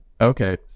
Okay